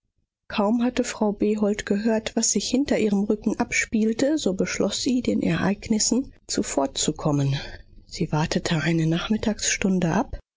kaum hatte frau behold gehört was sich hinter ihrem rücken abspielte so beschloß sie den ereignissen zuvorzukommen sie wartete eine nachmittagsstunde ab